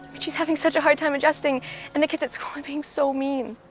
she's having such a hard time adjusting and the kids at school are being so mean.